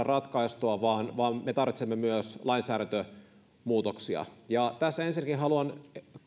ratkaistua vaan vaan me tarvitsemme myös lainsäädäntömuutoksia tässä ensinnäkin haluan